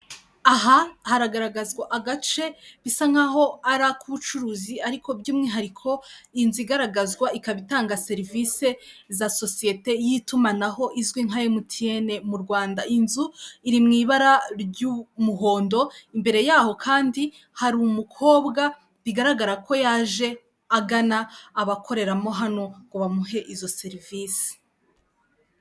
Aha hagaragazwa agace bisa nk'aho ari ak'ubucuruzi ariko by'umwihariko inzu igaragazwa ikaba itanga serivisi za sosiyete y'itumanaho izwi nka Emutiyene mu Rwanda. Inzu iri mu ibara ry'umuhondo, imbere yaho kandi hari umukobwa bigaragara ko yaje agana abakoreramo hano ngo bamuhe izo serivisi.